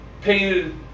painted